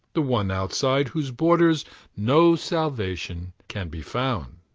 the one outside whose borders no salvation can be found.